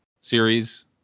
series